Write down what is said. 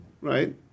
right